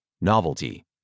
Novelty